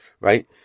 right